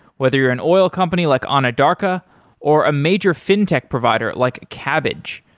whether you're an oil company like anadarko or a major fin-tech provider, like cabbage,